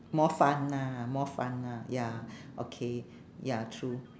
more fun lah more fun lah ya okay ya true